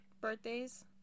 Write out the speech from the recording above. birthdays